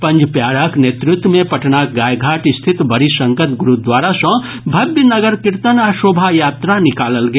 पंज प्याराक नेतृत्व मे पटनाक गाय घाट स्थित बड़ी संगत गुरूद्वारा सँ भव्य नगर कीर्तन आ शोभा यात्रा निकालल गेल